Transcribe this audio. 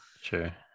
Sure